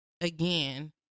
again